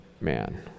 man